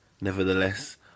nevertheless